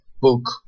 book